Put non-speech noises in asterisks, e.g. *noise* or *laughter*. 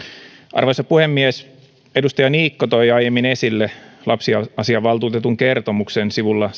arvoisa puhemies edustaja niikko toi aiemmin esille lapsiasiavaltuutetun kertomuksen sivulla *unintelligible*